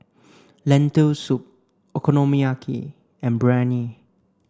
lentil soup Okonomiyaki and Biryani